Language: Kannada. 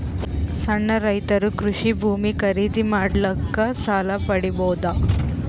ಸಣ್ಣ ರೈತರು ಕೃಷಿ ಭೂಮಿ ಖರೀದಿ ಮಾಡ್ಲಿಕ್ಕ ಸಾಲ ಪಡಿಬೋದ?